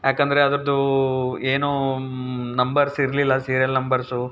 ಯಾಕಂದರೆ ಅದರದ್ದು ಏನು ನಂಬರ್ಸ್ ಇರಲಿಲ್ಲ ಸೀರಿಯಲ್ ನಂಬರ್ಸು